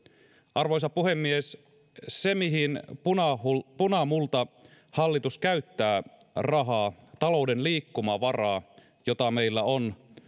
arvoisa puhemies se mihin punamultahallitus käyttää rahaa talouden liikkumavaraa jota meillä on